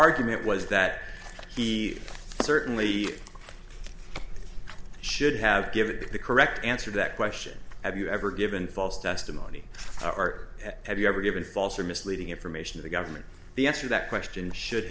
argument was that he certainly should have given the correct answer that question have you ever given false testimony or have you ever given false or misleading information to the government the answer that question should